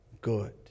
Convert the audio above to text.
good